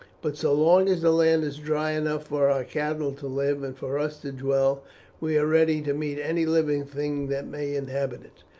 but so long as the land is dry enough for our cattle to live and for us to dwell we are ready to meet any living thing that may inhabit it.